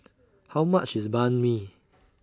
How much IS Banh MI